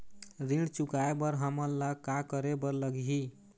ऋण चुकाए बर हमन ला का करे बर लगही?